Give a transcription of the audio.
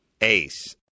ace